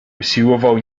usiłował